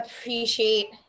appreciate